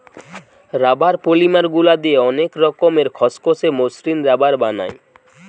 rubber polymer গুলা দিয়ে অনেক রকমের খসখসে, মসৃণ রাবার বানায়